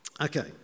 Okay